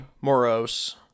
morose